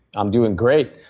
i am doing great.